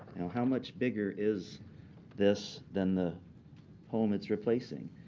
how much bigger is this than the home it's replacing?